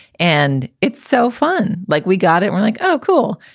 and it's so fun. like, we got it. we're like, oh, cool.